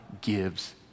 gives